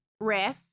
riff